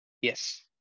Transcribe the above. Yes